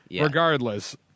Regardless